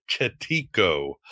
Chetico